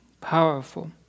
powerful